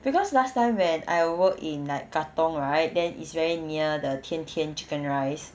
because last time when I work in like katong right then it's very near the tian tian chicken rice